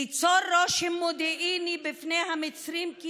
ליצור רושם מודיעיני בפני המצרים כי